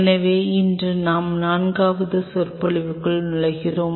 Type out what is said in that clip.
எனவே இன்று நாம் நான்காவது சொற்பொழிவுக்குள் நுழைகிறோம்